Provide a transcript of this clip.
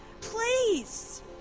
Please